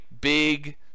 big